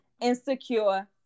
insecure